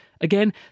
Again